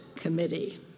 Committee